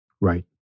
Right